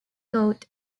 court